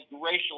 racial